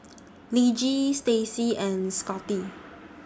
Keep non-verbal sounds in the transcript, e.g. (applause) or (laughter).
(noise) Lige Stacey and Scotty